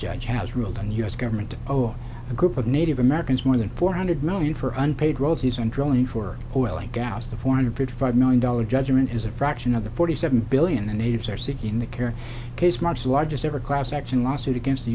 judge has ruled on u s government oh a group of native americans more than four hundred million for unpaid roles he's on drilling for oil and gas the four hundred five million dollars judgment is a fraction of the forty seven billion the natives are seeking the care case much the largest ever class action lawsuit against the